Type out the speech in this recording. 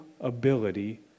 ability